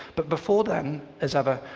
but before that, and as ever,